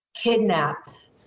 kidnapped